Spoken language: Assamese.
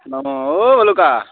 অ অ' ভলুকা